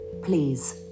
Please